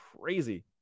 crazy